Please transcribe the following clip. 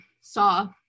saw